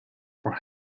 for